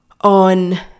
on